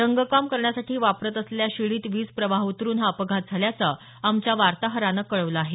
रंगकाम करण्यासाठी वापरत असलेल्या शिडीत वीज प्रवाह उतरून हा अपघात झाल्याचं आमच्या वार्ताहरानं कळवलं आहे